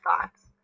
thoughts